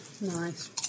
Nice